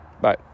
Bye